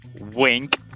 Wink